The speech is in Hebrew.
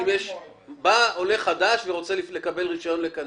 בא עולה חדש ורוצה לקבל רישיון לקנאביס.